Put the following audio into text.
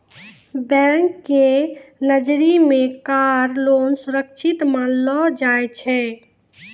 bank के नजरी मे कार लोन सुरक्षित मानलो जाय छै